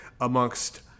amongst